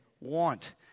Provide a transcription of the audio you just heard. want